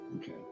Okay